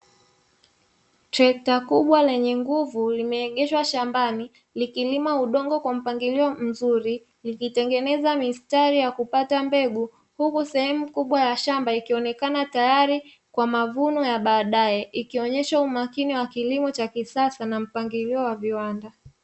Trekta kubwa lenye nguvu limeegeshwa shambani, likilima udongo kwa mpangilio mzuri, likitengeneza mistari ya kupanda mbegu, huku sehemu kubwa ya shamba ikionekana tayari kwa mavuno ya baadae, ikionyesha umakini wa kilimo cha kisasa na mpangilio wa viwanda.